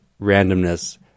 randomness